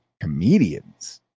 comedians